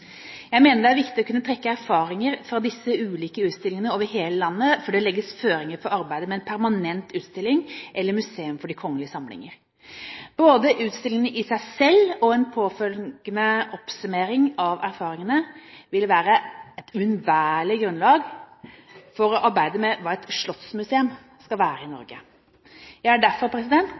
Jeg mener det er viktig å kunne trekke erfaringer fra disse ulike utstillingene over hele landet før det legges føringer for arbeidet med en permanent utstilling eller museum for de kongelige samlinger. Både utstillingene i seg selv og en påfølgende oppsummering av erfaringene vil være et uunnværlig grunnlag for å arbeide med hva et slottsmuseum skal være i Norge. Jeg er derfor